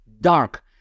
dark